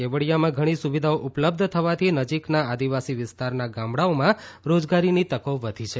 કેવડીયામાં ઘણી સુવિધાઓ ઉપલબ્ધ થવાથી નજીકના આદિવાસી વિસ્તારના ગામડાઓમાં રોજગારીની તકો વધી છે